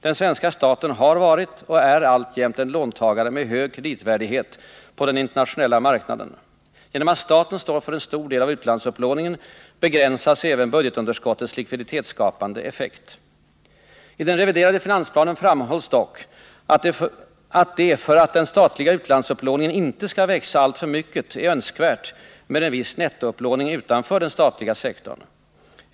Den svenska staten har varit och är alltjämt en låntagare med hög kreditvärdighet på den internationella marknaden. Genom att staten står för en stor del av utlandsupplåningen begränsas även budgetunderskottets likviditetsskapande effekt. I den reviderade finansplanen framhålls dock att det för att den statliga utlandsupplåningen inte skall växa alltför mycket är önskvärt med en viss nettoupplåning utanför den statliga sektorn.